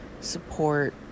support